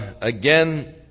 again